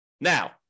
Now